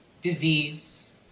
disease